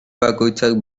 bakoitzak